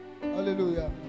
hallelujah